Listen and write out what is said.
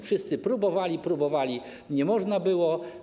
Wszyscy próbowali, próbowali - nie można było.